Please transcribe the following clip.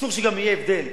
אסור גם שיהיה הבדל.